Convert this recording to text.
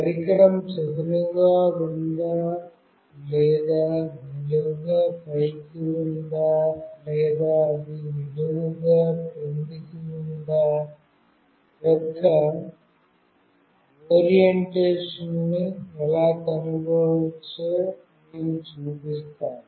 పరికరం చదునుగా ఉందా లేదా నిలువుగా పైకి ఉందా లేదా అది నిలువుగా క్రిందికి ఉందా యొక్క ఓరియెంటేషన్ ని ఎలా కనుగొనవచ్చో మేము చూపిస్తాము